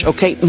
Okay